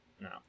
No